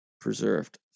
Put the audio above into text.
preserved